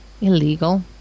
illegal